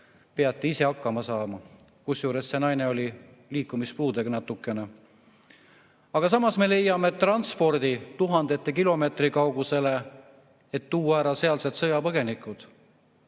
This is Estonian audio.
peate ise hakkama saama. Kusjuures see naine oli natuke liikumispuudega. Samas me leiame transpordi tuhandete kilomeetrite kaugusele, et tuua ära sealsed sõjapõgenikud.